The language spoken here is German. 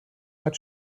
hat